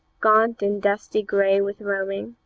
gaunt and dusty grey with roaming?